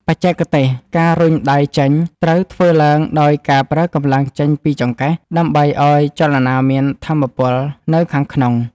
បច្ចេកទេស ការរុញដៃចេញ ត្រូវធ្វើឡើងដោយការប្រើកម្លាំងចេញពីចង្កេះ ដើម្បីឱ្យចលនាមានថាមពលនៅខាងក្នុង។